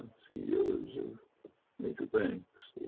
ceos of major banks,